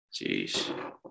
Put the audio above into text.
Jeez